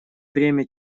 время